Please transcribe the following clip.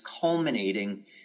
culminating